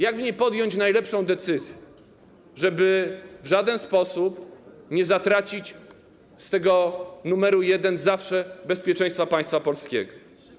Jak w niej podjąć najlepszą decyzję, żeby w żaden sposób nie zatracić tego zawsze numer jeden: bezpieczeństwa państwa polskiego?